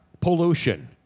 pollution